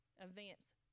events